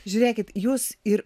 žiūrėkit jūs ir